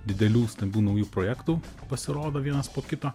didelių stambių naujų projektų pasirodo vienas po kito